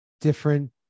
different